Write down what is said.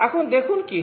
এখন দেখুন কি হয়